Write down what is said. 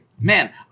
Man